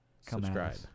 subscribe